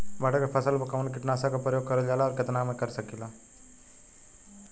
मटर के फसल पर कवन कीटनाशक क प्रयोग करल जाला और कितना में कर सकीला?